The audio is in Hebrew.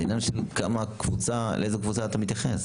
זה עניין לאיזו קבוצה אתה מתייחס.